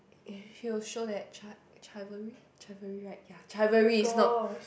if you show that chi~ chivalry chivalry right ya chivalry is not